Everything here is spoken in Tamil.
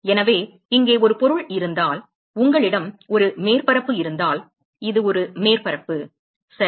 எனவே இங்கே ஒரு பொருள் இருந்தால் உங்களிடம் ஒரு மேற்பரப்பு இருந்தால் இது ஒரு மேற்பரப்பு சரி